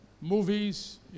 movies